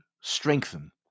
strengthen